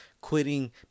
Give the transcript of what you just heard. Quitting